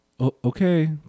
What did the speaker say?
Okay